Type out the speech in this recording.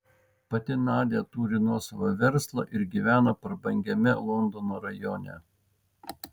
pati nadia turi nuosavą verslą ir gyvena prabangiame londono rajone